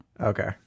Okay